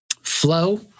Flow